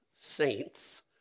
saints